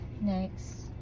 Next